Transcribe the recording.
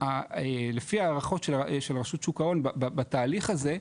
לפי ההערכות של רשות שוק ההון בתהליך הזה,